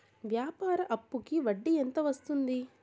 వ్యాపార అప్పుకి వడ్డీ ఎంత వస్తుంది?